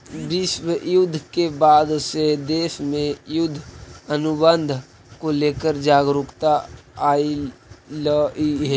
विश्व युद्ध के बाद से देश में युद्ध अनुबंध को लेकर जागरूकता अइलइ हे